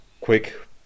quick